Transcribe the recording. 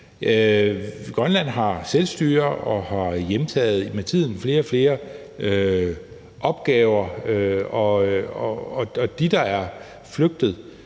Grønland har selvstyre og har med tiden hjemtaget flere og flere opgaver, og dem, der er flygtet